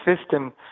system